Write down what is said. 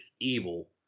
evil